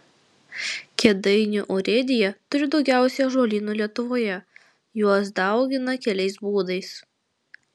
kėdainių urėdija turi daugiausiai ąžuolynų lietuvoje juos daugina keliais būdais